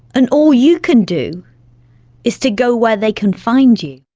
and all you can do is to go where they can find you.